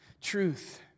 Truth